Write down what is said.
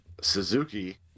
suzuki